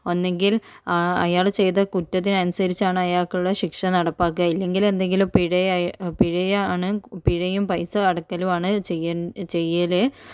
ഒന്നുങ്കിൽ അയാൾ ചെയ്ത കുറ്റത്തിന് അനുസരിച്ചാണ് അയാൾക്കുള്ള ശിക്ഷ നടപ്പാക്കുക ഇല്ലെങ്കില് എന്തെങ്കിലും പിഴയാണ് പിഴയും പൈസ അടക്കലും ആണ് ചെയ്യല്